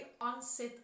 onset